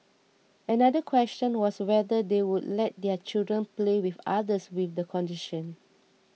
another question was whether they would let their children play with others with the condition